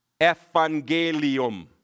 Evangelium